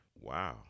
Wow